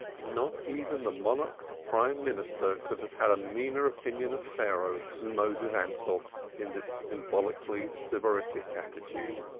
not even the monarch's prime minister could have had a meaner opinion of pharaoh than moses ansell in this symbolically sybaritic attitude.